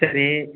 சரி